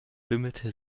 bimmelte